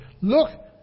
Look